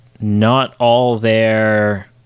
not-all-there